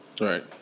Right